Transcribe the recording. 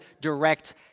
direct